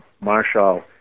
Marshall